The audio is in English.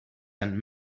and